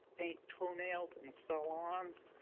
paint toe nails in salons,